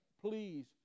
please